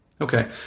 Okay